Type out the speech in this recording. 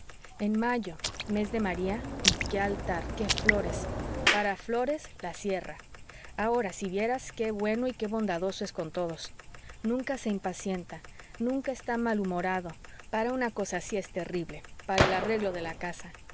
en mayo mes de maría y qué altar qué flores para flores la sierra ahora si vieras qué bueno y qué bondadoso es con todos nunca se impacienta nunca está malhumorado para una cosa si es terrible para el arreglo de la casa